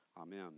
Amen